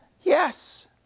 yes